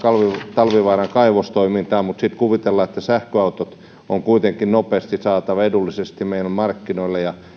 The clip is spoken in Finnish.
talvivaaran kaivostoimintaa mutta sitten kuvitellaan että sähköautot on kuitenkin nopeasti saatava edullisesti meidän markkinoille